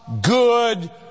good